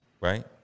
Right